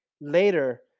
later